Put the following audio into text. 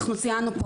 אנחנו ציינו פה,